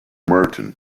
merton